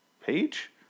page